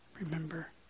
remember